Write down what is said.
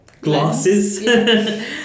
glasses